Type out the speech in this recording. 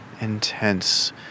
intense